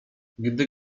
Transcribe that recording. gdy